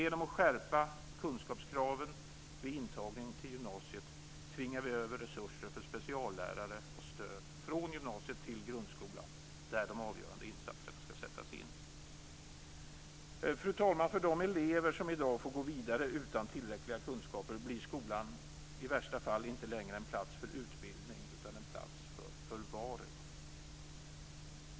Genom att skärpa kunskapskraven vid intagning till gymnasiet tvingar vi över resurser för speciallärare och stöd från gymnasiet till grundskolan där de avgörande insatserna skall sättas in. Fru talman! För de elever som i dag får gå vidare utan tillräckliga kunskaper blir skolan i värsta fall inte längre en plats för utbildning utan en plats för förvaring.